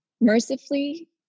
mercifully